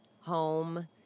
home